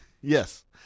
Yes